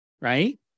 right